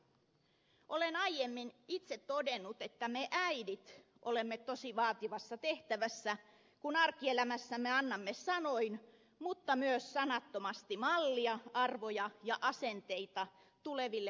olen aiemmin itse todennut että me äidit olemme tosi vaativassa tehtävässä kun arkielämässämme annamme sanoin mutta myös sanattomasti mallia arvoja ja asenteita tuleville polville